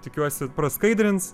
tikiuosi praskaidrins